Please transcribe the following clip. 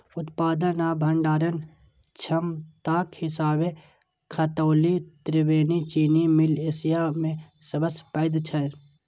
उत्पादन आ भंडारण क्षमताक हिसाबें खतौली त्रिवेणी चीनी मिल एशिया मे सबसं पैघ छै